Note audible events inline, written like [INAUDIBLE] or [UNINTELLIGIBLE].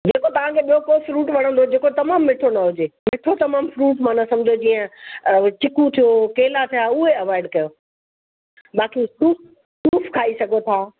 ॿियो तव्हांखे ॿियो कोई फ्रुट वणंदो जेको तमामु मिठो न हुजे मिठो तमामु फ्रुट माना समुझ जीअं चीकू थियो केला थिया उहे अवॉइड कयो [UNINTELLIGIBLE] खाई सघो था